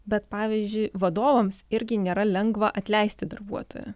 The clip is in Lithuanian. bet pavyzdžiui vadovams irgi nėra lengva atleisti darbuotoją